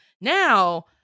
Now